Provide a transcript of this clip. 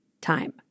time